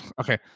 okay